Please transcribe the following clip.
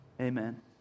Amen